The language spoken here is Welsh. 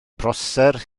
prosser